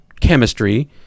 chemistry